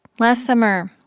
last summer,